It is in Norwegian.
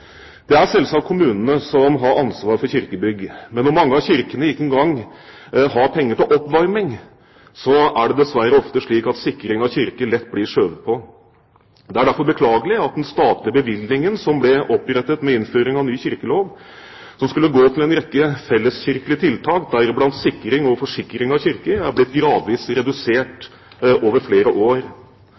Det er selvsagt kommunene som har ansvaret for kirkebygg, men når mange av kommunene ikke engang har penger til oppvarming av kirkene, er det dessverre ofte slik at sikring av kirker lett blir skjøvet på. Det er derfor beklagelig at den statlige bevilgningen som ble opprettet med innføring av ny kirkelov, og som skulle gå til en rekke felleskirkelige tiltak, deriblant sikring og forsikring av kirker, er blitt gradvis redusert over flere år.